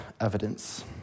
evidence